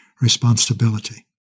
responsibility